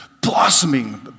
blossoming